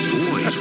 boys